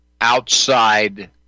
outside